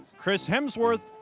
chris hemsworth,